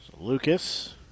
Lucas